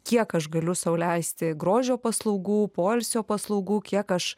kiek aš galiu sau leisti grožio paslaugų poilsio paslaugų kiek aš